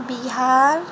Bihar